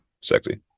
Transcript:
sexy